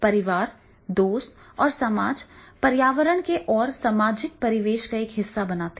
परिवार दोस्त और समाज पर्यावरण और सामाजिक परिवेश का एक हिस्सा बनते हैं